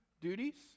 duties